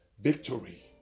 victory